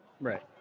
Right